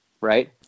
right